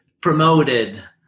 promoted